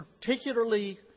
particularly